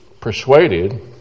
persuaded